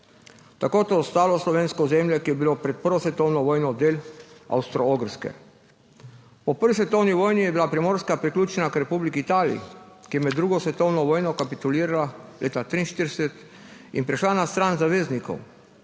tako kot ostalo slovensko ozemlje, ki je bilo pred prvo svetovno vojno del Avstro-Ogrske. Po prvi svetovni vojni je bila Primorska priključena k Republiki Italiji, ki je med drugo svetovno vojno kapitulirala leta 1943 in prešla na stran zaveznikov.